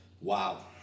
Wow